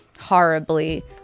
horribly